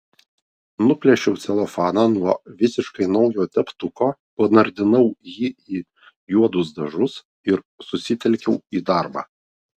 nuplėšiau celofaną nuo visiškai naujo teptuko panardinau jį į juodus dažus ir susitelkiau į darbą